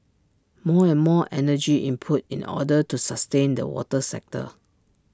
more and more energy input in order to sustain the water sector